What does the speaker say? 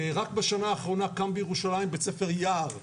רק בשנה האחרונה קם בירושלים בית ספר יער,